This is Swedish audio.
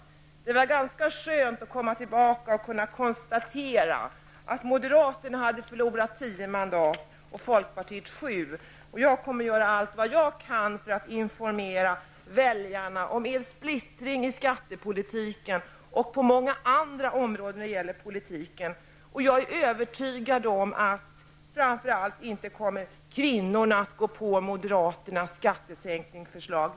Det var ganska skönt att komma tillbaka och konstatera att moderaterna hade förlorat tio mandat och folkpartiet sju. Jag kommer att göra allt jag kan för att informera väljarna om er splittring i skattepolitiken och på många andra områden i politiken. Jag är övertygad om att framför allt kvinnorna inte kommer att gå på moderaternas skattesänkningsförslag.